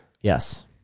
Yes